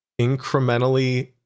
incrementally